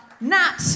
Nat